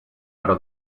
però